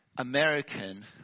American